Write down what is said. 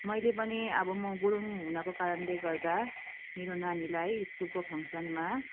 मैले पनि अब म गुरुङ हुनको कारणले गर्दा मेरो नानीलाई स्कुलको फङ्सनमा